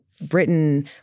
Britain